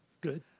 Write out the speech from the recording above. good